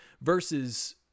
Versus